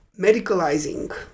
medicalizing